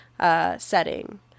setting